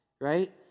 Right